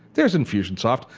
there's infusionsoft.